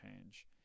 change